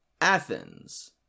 Athens